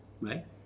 right